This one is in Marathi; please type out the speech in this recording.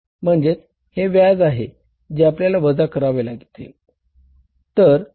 म्हणजे हे व्याज आहे जे आपल्याला वजा करावे लागतील